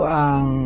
ang